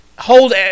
Hold